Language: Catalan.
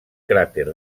cràter